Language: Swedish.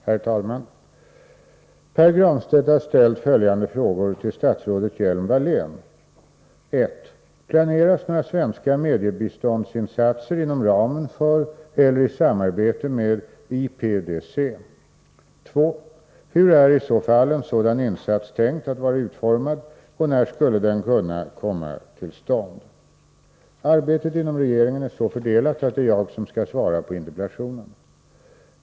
Herr talman! Pär Granstedt har ställt följande frågor till statsrådet Hjelm-Wallén: 1. Planeras några svenska mediebiståndsinsatser inom ramen för eller i samarbete med IPDC? 2. Hurääriså fall en sådan insats tänkt att vara utformad och när skulle den kunna komma till stånd? Arbetet inom regeringen är så fördelat att det är jag som skall svara på interpellationen.